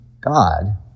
God